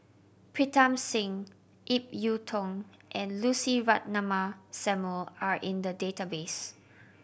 Pritam Singh Ip Yiu Tung and Lucy Ratnammah Samuel are in the database